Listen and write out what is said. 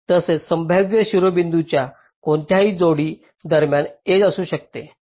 तसेच संभाव्य शिरोबिंदूंच्या कोणत्याही जोडी दरम्यान एज असू शकते